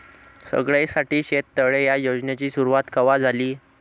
सगळ्याइसाठी शेततळे ह्या योजनेची सुरुवात कवा झाली?